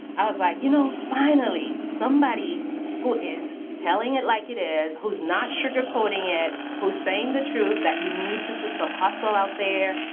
i was like, you know finally, somebody who is telling it like it is. who's not sugar coating it. who's saying the truth that you need to put some hustle out there.